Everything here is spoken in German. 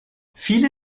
viele